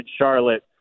Charlotte